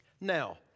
Now